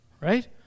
right